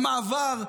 במעבר,